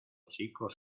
chicos